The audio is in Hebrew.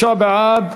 26 בעד,